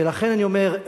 ולכן אני אומר,